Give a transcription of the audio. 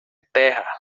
terra